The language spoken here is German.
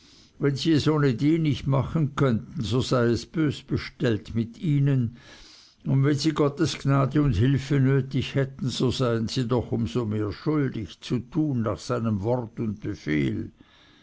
wenn sie es ohne die nicht machen könnten so sei es bös bestellt mit ihnen und wenn sie gottes gnade und hilfe so nötig hätten so seien sie doch um so mehr schuldig zu tun nach seinem wort und befehl